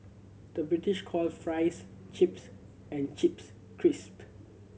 the British call fries chips and chips crisp